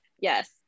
Yes